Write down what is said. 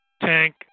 tank